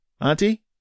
Auntie